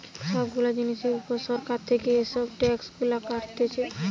সব গুলা জিনিসের উপর সরকার থিকে এসব ট্যাক্স গুলা কাটছে